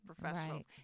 professionals